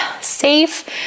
safe